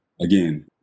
Again